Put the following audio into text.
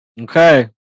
Okay